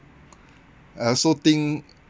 I also think